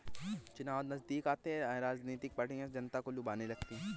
चुनाव नजदीक आते ही राजनीतिक पार्टियां जनता को लुभाने लगती है